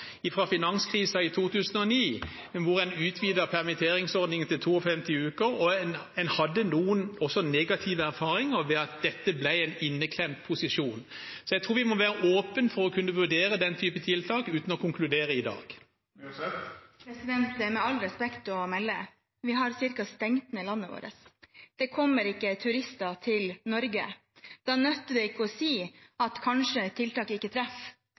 i 2009, hvor en utvidet permitteringsordningen til 52 uker, og hvor en også hadde noen negative erfaringer ved at dette ble en inneklemt posisjon. Jeg tror vi må være åpne for å kunne vurdere den typen tiltak uten å konkludere i dag. Med all respekt å melde: Vi har cirka stengt ned landet vårt. Det kommer ikke turister til Norge. Da nytter det ikke å si at tiltak kanskje ikke treffer.